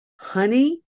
honey